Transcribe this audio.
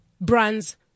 brands